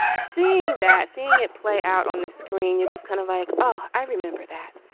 seeing that seeing it play out on the screen, you just kind of like, oh, i remember that.